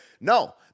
no